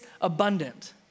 abundant